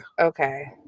Okay